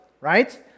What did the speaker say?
right